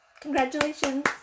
Congratulations